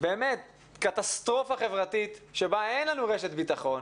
באמת קטסטרופה חברתית שבה אין לנו רשת ביטחון,